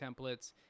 templates